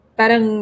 parang